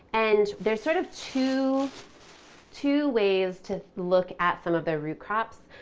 and there are sort of two two ways to look at some of the root crops.